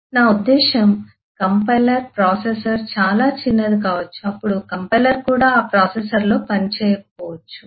నా ఉద్దేశ్యం compiler processor చాలా చిన్నది కావచ్చు అప్పుడు కంపైలర్ కూడా ఆ ప్రాసెసర్లో పనిచేయకపోవచ్చు